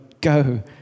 go